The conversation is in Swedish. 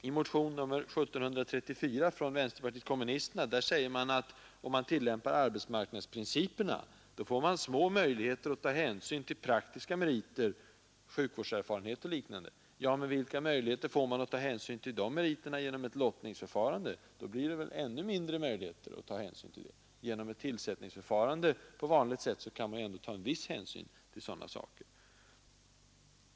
I motionen 1734 från vänsterpartiet kommunisterna sägs att om man tillämpar arbetsmarknadsprinciperna, får man små möjligheter att ta hänsyn till praktiska meriter, sjukvårdserfarenhet och liknande. Ja, men vilka möjligheter får man att ta hänsyn till de meriterna genom ett lottningsförfarande? Då blir det väl ännu mindre möjligheter. Genom ett tillsättningsförfarande på vanligt sätt kan man ändå ta en viss hänsyn till sådana saker.